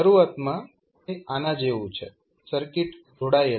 શરૂઆતમાં તે આના જેવું છે સર્કિટ જોડાયેલ છે